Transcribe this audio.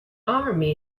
army